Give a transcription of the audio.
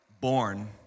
Born